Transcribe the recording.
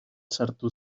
sartu